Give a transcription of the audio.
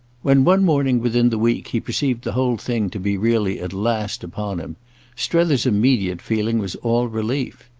when one morning within the week he perceived the whole thing to be really at last upon him strether's immediate feeling was all relief.